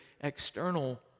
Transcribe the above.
external